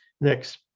next